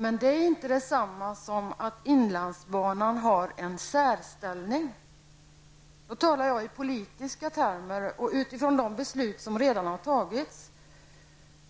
Men det är inte detsamma som att inlandsbanan har en särställning -- då talar jag i politiska termer och med utgångspunkt i de beslut som redan har fattats.